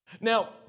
Now